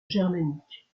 germanique